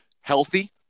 healthy